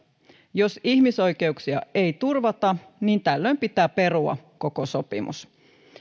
jos ihmisoikeuksia ei turvata tällöin pitää perua koko sopimus